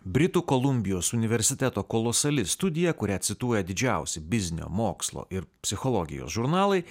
britų kolumbijos universiteto kolosali studija kurią cituoja didžiausi biznio mokslo ir psichologijos žurnalai